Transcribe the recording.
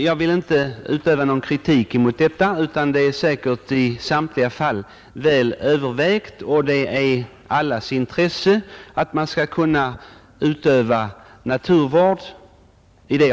Jag vill inte uttala någon kritik mot detta, utan det är säkert i samtliga fall väl övervägt, och det är i allas intresse att det kan utövas naturvård.